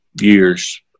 years